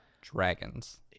dragons